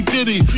Diddy